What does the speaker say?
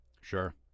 Sure